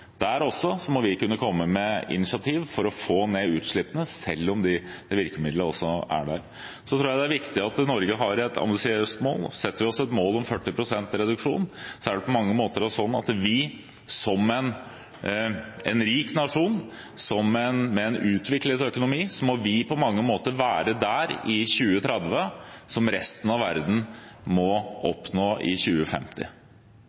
også der må vi kunne komme med initiativ for å få ned utslippene, selv om de virkemidlene også er der. Jeg tror det er viktig at Norge har et ambisiøst mål. Setter vi oss et mål om 40 pst. reduksjon, så er det slik at vi som en rik nasjon med en utviklet økonomi, på mange måter må oppnå i 2030 det som resten av verden må